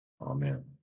Amen